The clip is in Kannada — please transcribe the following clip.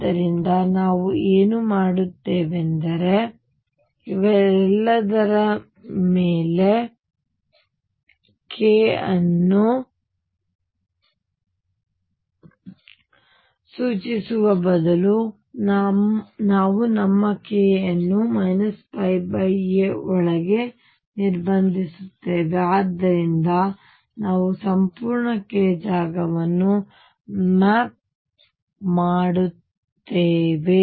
ಆದ್ದರಿಂದ ನಾವು ಏನು ಮಾಡುತ್ತೇವೆಂದರೆ ಇವೆಲ್ಲದರ ಮೇಲೆ k ಅನ್ನು ಸೂಚಿಸುವ ಬದಲು ನಾವು ನಮ್ಮ k ಅನ್ನು ಈ a ಒಳಗೆ ನಿರ್ಬಂಧಿಸುತ್ತೇವೆ ಮತ್ತು ಆದ್ದರಿಂದ ನಾವು ಸಂಪೂರ್ಣ k ಜಾಗವನ್ನು ಮ್ಯಾಪ್ ಮಾಡುತ್ತೇವೆ